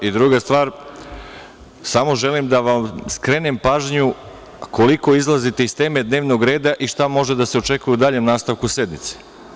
Druga stvar, samo želim da vam skrenem pažnju koliko izlazite iz teme dnevnog reda i šta može da se očekuje u daljem nastavku sednice.